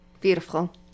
Beautiful